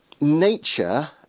nature